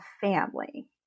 family